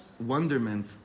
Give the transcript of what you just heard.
wonderment